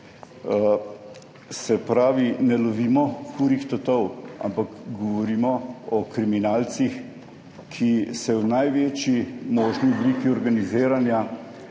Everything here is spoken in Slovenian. Se pravi, ne lovimo kurjih tatov, ampak govorimo o kriminalcih, ki se v največji možni obliki organiziranja